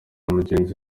mugenzi